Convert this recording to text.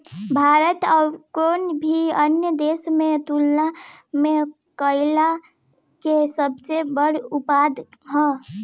भारत कउनों भी अन्य देश के तुलना में केला के सबसे बड़ उत्पादक ह